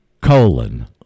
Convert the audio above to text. colon